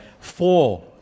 four